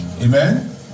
Amen